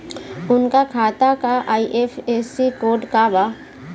उनका खाता का आई.एफ.एस.सी कोड का बा?